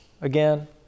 again